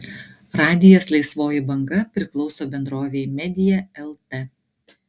radijas laisvoji banga priklauso bendrovei media lt